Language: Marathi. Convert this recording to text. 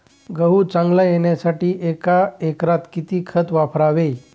गहू चांगला येण्यासाठी एका एकरात किती खत वापरावे?